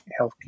healthcare